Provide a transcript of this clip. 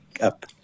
up